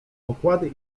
okłady